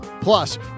Plus